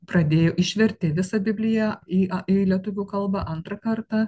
pradėjo išvertė visą bibliją į a į lietuvių kalbą antrą kartą